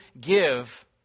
give